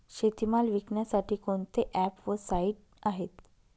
शेतीमाल विकण्यासाठी कोणते ॲप व साईट आहेत?